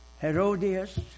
Herodias